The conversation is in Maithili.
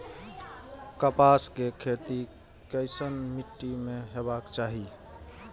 कपास के खेती केसन मीट्टी में हेबाक चाही?